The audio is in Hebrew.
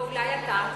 ואולי אתה.